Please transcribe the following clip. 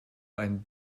ein